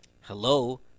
Hello